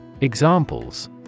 Examples